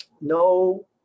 no